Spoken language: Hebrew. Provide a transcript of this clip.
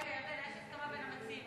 רגע, יש הסכמה בין המציעים.